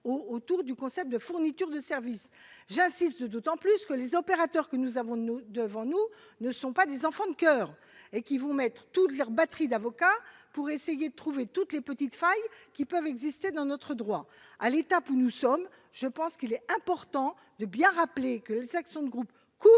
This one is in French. autour du concept de « fourniture de services ». J'insiste sur ce point d'autant plus que les opérateurs que nous avons face à nous ne sont pas des enfants de choeur : ils vont déployer des batteries d'avocats pour tenter de trouver toutes les petites failles qui peuvent exister dans notre droit ! À l'étape où nous sommes, je pense donc qu'il est important de bien rappeler que les actions de groupe couvrent